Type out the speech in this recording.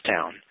town